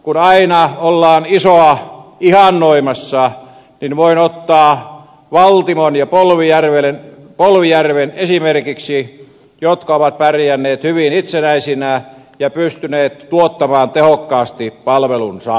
kun aina ollaan isoa ihannoimassa niin voin ottaa valtimon ja polvijärven esimerkiksi kunnista jotka ovat pärjänneet hyvin itsenäisinä ja pystyneet tuottamaan tehokkaasti palvelunsa